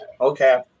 Okay